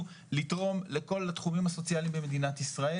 לתרום לכל התחומים הסוציאליים במדינת ישראל.